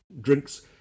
drinks